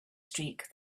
streak